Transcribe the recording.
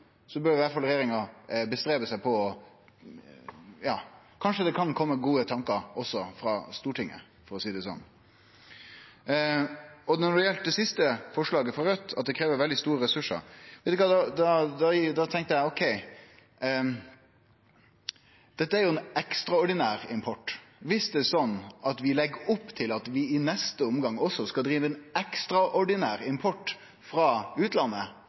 så bør iallfall regjeringa leggje vinn på – ja, kanskje det kan kome gode tankar også frå Stortinget, for å seie det sånn. Når det gjeld det siste forslaget frå Raudt, at det krev veldig store ressursar, så tenkjer eg: Dette er jo ein ekstraordinær import. Viss det er sånn at vi legg opp til at vi også i neste omgang skal drive ein ekstraordinær import frå utlandet,